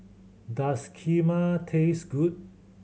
does Kheema taste good